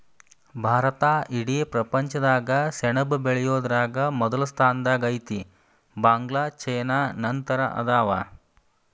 ಭಾರತಾ ಇಡೇ ಪ್ರಪಂಚದಾಗ ಸೆಣಬ ಬೆಳಿಯುದರಾಗ ಮೊದಲ ಸ್ಥಾನದಾಗ ಐತಿ, ಬಾಂಗ್ಲಾ ಚೇನಾ ನಂತರ ಅದಾವ